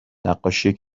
نقاشی